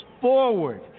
forward